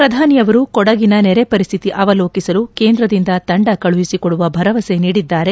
ಶ್ರಧಾನಿಯವರು ಕೊಡಗಿನ ನೆರೆಪರಿಸ್ಥಿತಿ ಅವಲೋಕಿಸಲು ಕೇಂದ್ರದಿಂದ ತಂಡ ಕಳುಹಿಸಿಕೊಡುವ ಭರವಸೆ ನೀಡಿದ್ದಾರೆ